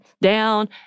down